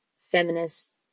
feminist